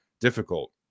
difficult